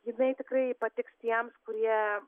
jinai tikrai patiks tiems kurie